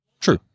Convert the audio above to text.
True